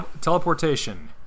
Teleportation